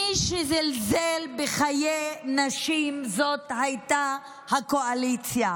מי שזלזל בחיי נשים זו הקואליציה.